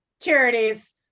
charities